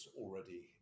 already